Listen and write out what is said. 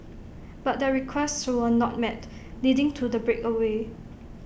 but their requests were not met leading to the breakaway